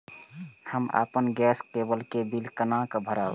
हम अपन गैस केवल के बिल केना भरब?